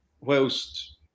whilst